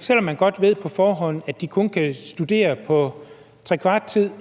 Selv om man godt ved på forhånd, at de kun kan studere på trekvart tid –